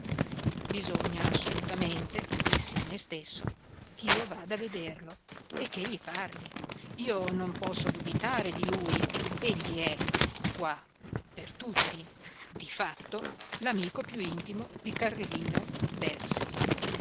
bisogna assolutamente dissi a me stesso ch'io vada a vederlo e che gli parli io non posso dubitare di lui egli è qua per tutti di fatto l'amico più intimo di carlino bersi